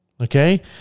Okay